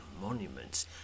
monuments